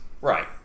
Right